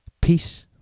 peace